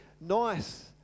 nice